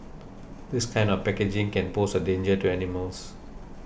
this kind of packaging can pose a danger to animals